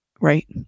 right